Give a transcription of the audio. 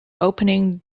opening